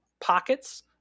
pockets